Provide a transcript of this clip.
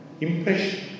Impression